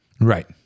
Right